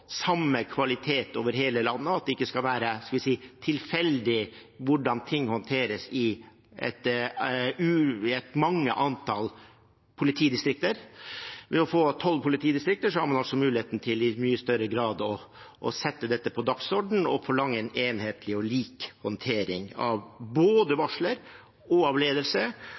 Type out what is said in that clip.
samme kvalitet over hele landet, og at det ikke skal være tilfeldig hvordan ting håndteres i et stort antall politidistrikter. Ved å få tolv politidistrikter har man altså i mye større grad muligheten til å sette dette på dagsordenen og forlange en enhetlig og lik håndtering både av varsler og